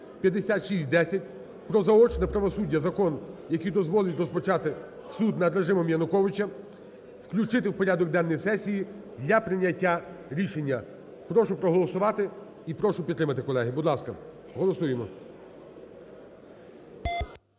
(5610). Про заочне правосуддя закон, який дозволить розпочати суд над режимом Януковича, включити в порядок денний сесії для прийняття рішення. Прошу проголосувати і прошу підтримати, колеги. Будь ласка, голосуємо.